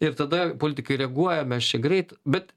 ir tada politikai reaguoja mes čia greit bet